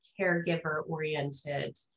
caregiver-oriented